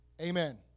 Amen